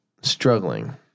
struggling